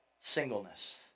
singleness